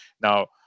Now